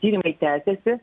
tyrimai tęsiasi